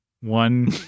One